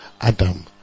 Adam